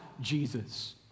Jesus